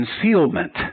concealment